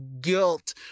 guilt